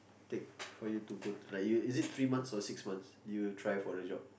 take for you to go to like is it three months or six months you try for the job